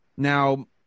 Now